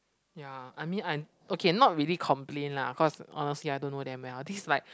ya I mean I okay not really complain lah cause honestly I don't know them well this like